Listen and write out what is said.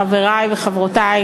חברי וחברותי,